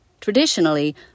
Traditionally